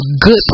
good